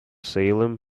salem